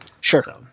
Sure